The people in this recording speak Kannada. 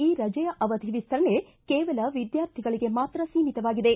ಈ ರಜೆಯ ಅವಧಿ ವಿಸ್ತರಣೆ ಕೇವಲ ವಿದ್ಯಾರ್ಥಿಗಳಿಗೆ ಮಾತ್ರ ಸೀಮಿತವಾಗಿದೆ